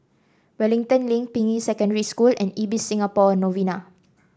Wellington Link Ping Yi Secondary School and Ibis Singapore Novena